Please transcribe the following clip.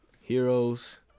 heroes